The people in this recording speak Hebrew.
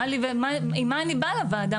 עם מה אני באה לוועדה,